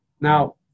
Now